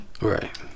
Right